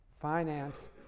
finance